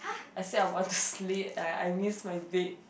I said I was asleep and I miss my bed